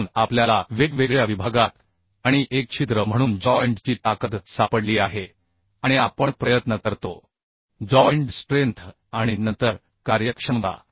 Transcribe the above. तर आपल्या ला वेगवेगळ्या विभागात आणि एक छिद्र म्हणून जॉइंट ची ताकद सापडली आहे आणि आपण प्रयत्न करतो जॉइंट स्ट्रेंथ आणि नंतर कार्यक्षमता